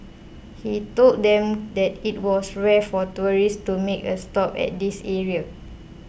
he told them that it was rare for tourists to make a stop at this area